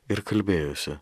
ir kalbėjosi